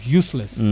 useless